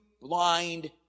blind